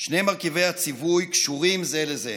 שני מרכיבי הציווי קשורים זה לזה: